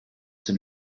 dem